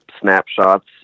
snapshots